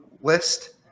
list